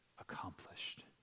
accomplished